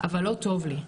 אבל לא טוב לי,